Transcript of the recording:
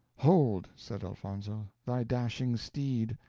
hold, said elfonzo, thy dashing steed.